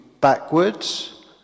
backwards